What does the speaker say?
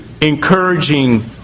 encouraging